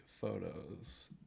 photos